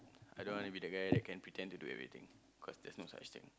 I don't want to be that guy that can pretend to do everything cause there's no such thing